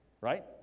right